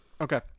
okay